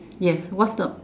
yes what's the